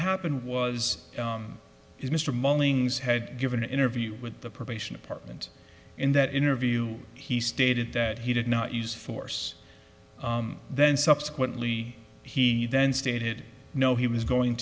happened was is mr mullings had given an interview with the probation department in that interview he stated that he did not use force then subsequently he then stated no he was going